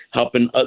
helping